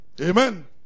amen